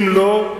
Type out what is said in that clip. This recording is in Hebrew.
אם לא,